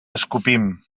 escopim